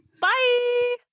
Bye